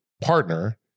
partner